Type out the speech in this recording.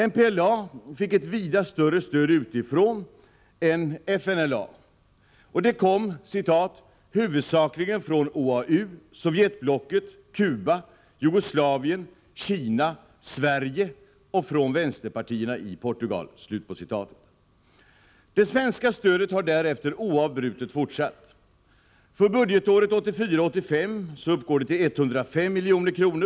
MPLA fick ett vida större stöd utifrån än FNLA och det kom ”huvudsakligen från OAU, Sovjetblocket, Kuba, Jugoslavien, Kina, Sverige och från vänsterpartierna i Portugal”. Det svenska stödet har därefter oavbrutet fortsatt. För budgetåret 1984/85 uppgår det till 105 milj.kr.